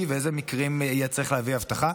ובאיזה מקרים יהיה צריך להביא אבטחה.